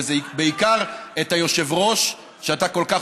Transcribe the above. וזה בעיקר את היושב-ראש שאתה כל כך